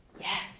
Yes